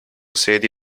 sedi